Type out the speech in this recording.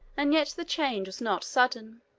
and yet the change was not sudden.